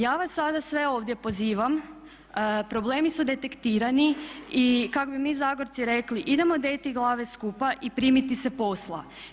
Ja vas sada sve ovdje pozivam problemi su detektirani i kak bi mi Zagorci rekli idemo deti glave skupa i primiti se posla.